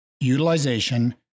utilization